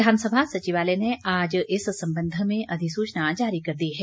विधानसभा सचिवालय ने आज इस संबंध में अधिसूचना जारी कर दी है